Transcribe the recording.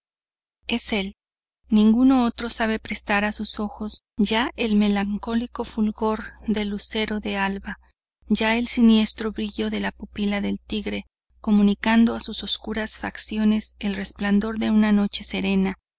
es él ningún otro sabe prestar a sus ojos ya el melancólico fulgor de lucero de alba ya el siniestro brillo de la pupila del tigre comunicando a sus oscuras facciones el resplandor de una noche serena